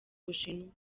bushinwa